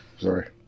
Sorry